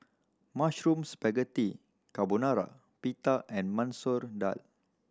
Mushroom Spaghetti Carbonara Pita and Masoor Dal